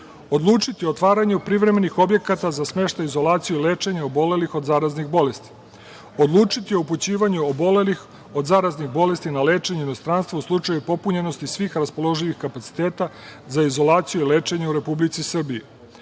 odlučiti o otvaranju privremenih objekata za smeštaj, izolaciju i lečenje obolelih od zaraznih bolesti, odlučiti o upućivanju obolelih od zaraznih bolesti na lečenje u inostranstvo u slučaju popunjenosti svih raspoloživih kapaciteta za izolaciju i lečenje u Republici Srbiji,